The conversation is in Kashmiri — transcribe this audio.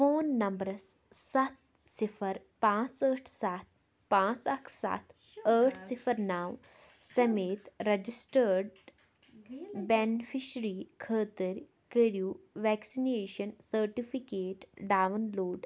فون نمبرس ستھ صفر پانژھ ٲٹھ ستھ پانژھ اکھ ستھ ٲٹھ صفر نو سَمیت رجسٹٲڈ بیٚنِفشری خٲطرٕ کٔرِو ویکسِنیشن سرٹِفکیٹ ڈاؤن لوڈ